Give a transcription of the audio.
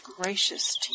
gracious